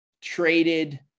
traded